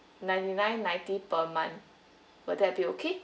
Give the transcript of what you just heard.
ninety-nine ninety per month will that be okay